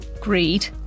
greed